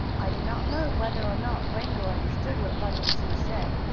i do not know whether or not wango understood what bunny and sue said,